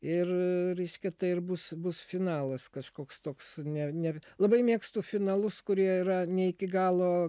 ir reiškia tai ir bus bus finalas kažkoks toks ne ne labai mėgstu finalus kurie yra ne iki galo